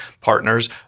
partners